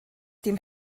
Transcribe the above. dem